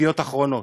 "ידיעות אחרונות".